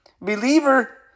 believer